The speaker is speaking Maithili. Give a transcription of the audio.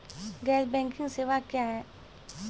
गैर बैंकिंग सेवा क्या हैं?